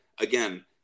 again